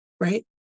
right